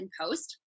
Post